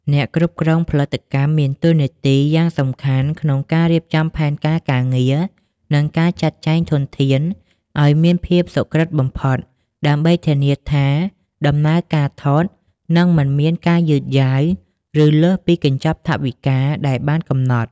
អ្នកគ្រប់គ្រងផលិតកម្មមានតួនាទីយ៉ាងសំខាន់ក្នុងការរៀបចំផែនការការងារ និងការចាត់ចែងធនធានឱ្យមានភាពសុក្រឹតបំផុត ដើម្បីធានាថាដំណើរការថតនឹងមិនមានការយឺតយ៉ាវ ឬលើសពីកញ្ចប់ថវិកាដែលបានកំណត់។